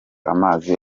amazi